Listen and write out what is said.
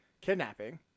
kidnapping